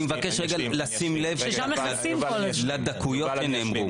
אני מבקש רגע לשים לב לדקויות שנאמרו,